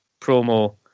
promo